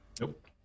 Nope